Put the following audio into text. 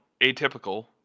atypical